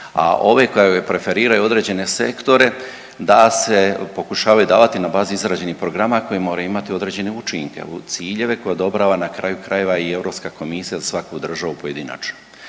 A ove koje preferiraju određene sektore da se pokušavaju davati na bazi izrađenih programa koji moraju imati određene učinke, ciljeve koje odobrava na kraju krajeva i Europska komisija za svaku državu pojedinačno.